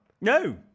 No